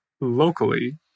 locally